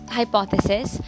hypothesis